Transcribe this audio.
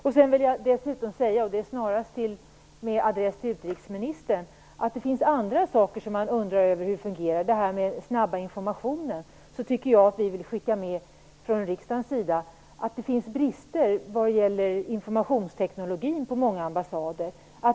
Dessutom vill jag säga, snarast med adress till utrikesministern, att det finns andra saker som man undrar över hur de fungerar, t.ex. den snabba informationen. Jag tycker att vi från riksdagens sida vill skicka med att det finns brister vad gäller informationstekniken på många ambassader.